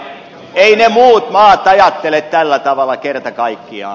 eivät ne muut maat ajattele tällä tavalla kerta kaikkiaan